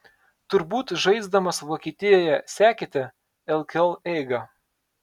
turbūt žaisdamas vokietijoje sekėte lkl eigą